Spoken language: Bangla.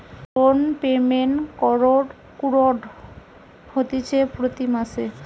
লোন পেমেন্ট কুরঢ হতিছে প্রতি মাসে